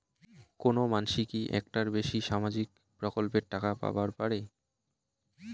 কোনো মানসি কি একটার বেশি সামাজিক প্রকল্পের টাকা পাবার পারে?